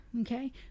Okay